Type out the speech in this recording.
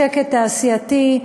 שקט תעשייתי,